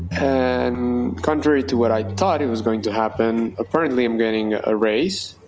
and contrary to what i thought it was going to happen, apparently i'm getting a raise.